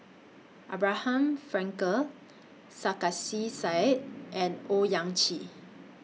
Abraham Frankel Sarkasi Said and Owyang Chi